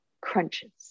crunches